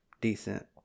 decent